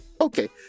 Okay